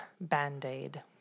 band-aid